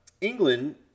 England